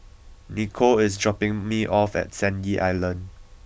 Nicolle is dropping me off at Sandy Island